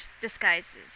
disguises